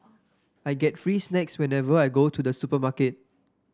I get free snacks whenever I go to the supermarket